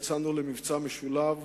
יצאנו למבצע משולב,